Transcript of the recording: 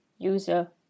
user